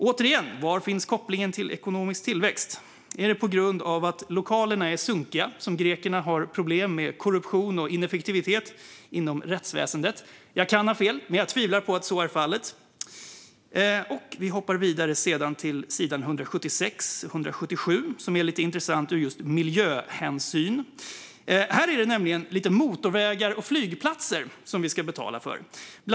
Återigen undrar jag var kopplingen till ekonomisk tillväxt finns. Är det på grund av att lokalerna är sunkiga som grekerna har problem med korruption och ineffektivitet inom rättsväsendet? Jag kan ha fel, men jag tvivlar på att så är fallet. Vi hoppar sedan vidare till sidorna 176-177, som är lite intressanta ur just miljöhänsyn. Här tas nämligen motorvägar och flygplatser upp, som vi ska betala för.